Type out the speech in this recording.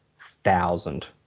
thousand